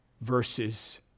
verses